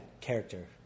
character